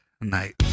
night